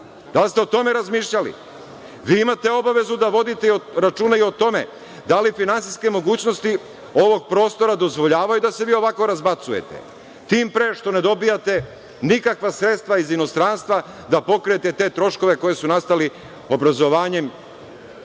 Da li ste o tome razmišljali? Vi imate obavezu da vodite računa i o tome da li finansijske mogućnosti ovog prostora dozvoljavaju da se vi ovako razbacujete, tim pre što ne dobijate nikakva sredstva iz inostranstva da pokrijete te troškove koji su nastali obrazovanjem